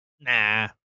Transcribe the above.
nah